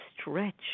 stretch